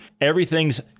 Everything's